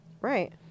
Right